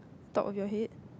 top of your head